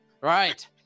Right